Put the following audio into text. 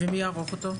ומי יערוך אותו?